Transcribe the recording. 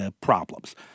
problems